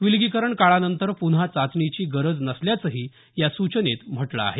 विलगीकरण काळानंतर पुन्हा चाचणीची गरज नसल्याचही या सूचनेत म्हटलं आहे